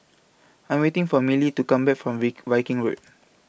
I Am waiting For Mellie to Come Back from Viking Road